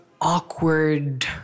awkward